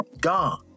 gone